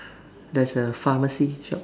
there's a pharmacy shop